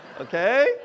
okay